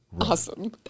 Awesome